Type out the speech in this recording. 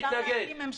מתנגדים,